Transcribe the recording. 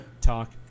talk